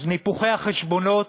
אז ניפוחי החשבונות